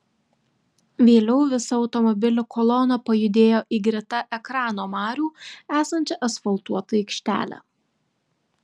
vėliau visa automobilių kolona pajudėjo į greta ekrano marių esančią asfaltuotą aikštelę